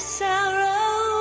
sorrow